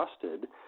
trusted